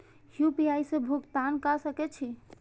UPI से भुगतान क सके छी?